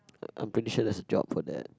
I'm pretty sure that's a job for that